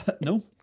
No